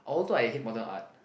although I hate modern art